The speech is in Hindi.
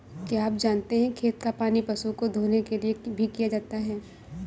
क्या आप जानते है खेत का पानी पशु को धोने के लिए भी किया जाता है?